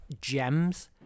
gems